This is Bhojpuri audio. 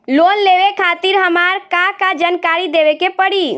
लोन लेवे खातिर हमार का का जानकारी देवे के पड़ी?